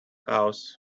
house